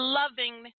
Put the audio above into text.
loving